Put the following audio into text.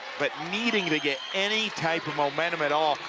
but needing to get any type of momentum at all.